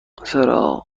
چراغ